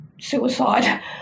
suicide